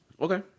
Okay